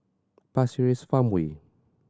Pasir Ris Farmway